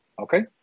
Okay